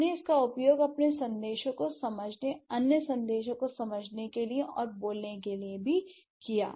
हमने इसका उपयोग अपने संदेशों को समझने अन्य संदेशों को समझने के लिए और बोलने के लिए भी किया